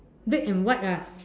red and white ah